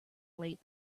late